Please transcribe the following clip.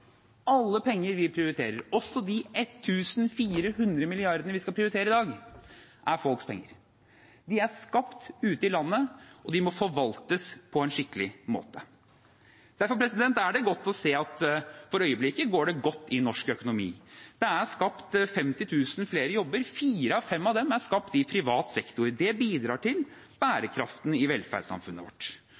Alle penger vi prioriterer, også de 1 400 mrd. kr vi skal prioritere i dag, er folks penger. De er skapt ute i landet, og de må forvaltes på en skikkelig måte. Derfor er det godt å se at for øyeblikket går det godt i norsk økonomi. Det er skapt 50 000 flere jobber. Fire av fem av dem er skapt i privat sektor. Det bidrar til bærekraften i velferdssamfunnet vårt.